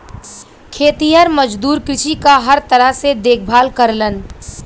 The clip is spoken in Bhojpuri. खेतिहर मजदूर कृषि क हर तरह से देखभाल करलन